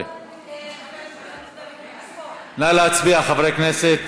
2017. נא להצביע, חברי כנסת.